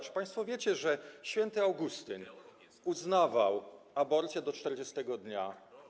Czy państwo wiecie, że św. Augustyn uznawał aborcję do 40. dnia?